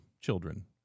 children